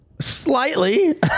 Slightly